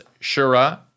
Shura